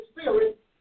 spirit